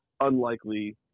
unlikely